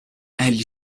egli